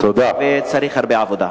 וצריך הרבה עבודה.